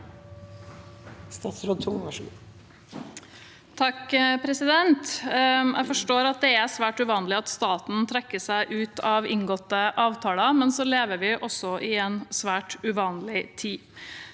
Statsråd Karianne O. Tung Jeg forstår at det er svært uvanlig at staten trekker seg ut av inngåtte avtaler, men så lever vi også i en svært uvanlig tid.